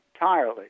entirely